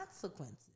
consequences